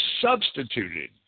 substituted